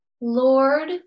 Lord